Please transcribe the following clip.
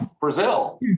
Brazil